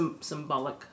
symbolic